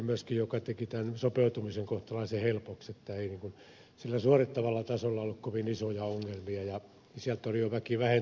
lähtökohta joka teki tämän sopeutumisen kohtalaisen helpoksi oli myöskin se että sillä suorittavalla tasolla ei ollut kovin isoja ongelmia ja sieltä oli jo väki vähentynyt